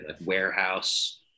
warehouse